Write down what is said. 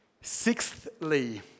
Sixthly